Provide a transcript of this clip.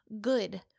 good